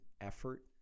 effort